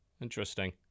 interesting